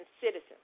citizens